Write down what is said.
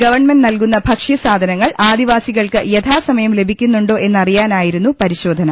government നൽകുന്ന ഭക്ഷ്യ സാധനങ്ങൾ ആദിവാസികൾക്ക് യഥാസമയം ലഭിക്കുന്നൂണ്ടോ എന്ന് അറിയാനായിരുന്നു പരിശോധന